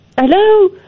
Hello